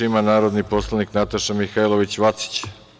Reč ima narodni poslanik Nataša Mihajlović Vacić.